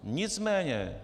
Nicméně...